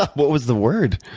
what was the word?